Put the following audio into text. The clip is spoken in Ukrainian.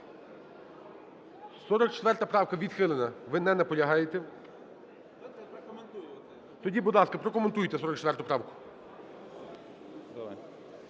44 правка відхилена. Ви не наполягаєте? Тоді, будь ласка, прокоментуйте 44 правку.